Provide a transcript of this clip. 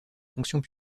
fonctions